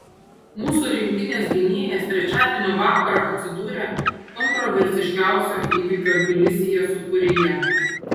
mūsų rinktinės gynėjas trečiadienio vakarą atsidūrė kontroversiškiausio įvykio tbilisyje sūkuryje